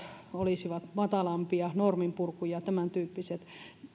olisivat matalampia norminpurku ja tämän tyyppiset